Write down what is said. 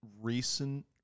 recent